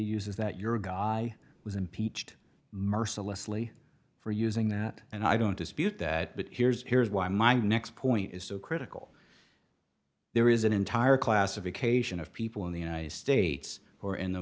uses that your guy was impeached mercilessly for using that and i don't dispute that but here's here's why my next point is so critical there is an entire classification of people in the united states who are in